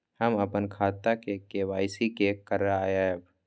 हम अपन खाता के के.वाई.सी के करायब?